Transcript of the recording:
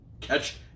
Catch